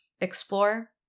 explore